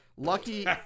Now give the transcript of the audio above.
Lucky